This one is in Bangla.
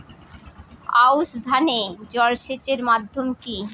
আউশ ধান এ জলসেচের মাধ্যম কি?